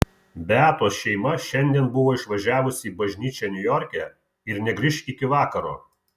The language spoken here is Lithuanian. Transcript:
beatos šeima šiandien buvo išvažiavusi į bažnyčią niujorke ir negrįš iki vakaro